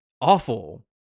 awful